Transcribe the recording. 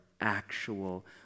actual